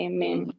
Amen